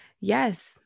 yes